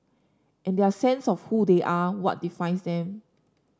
and their sense of who they are what defines them